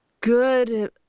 good